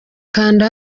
kanda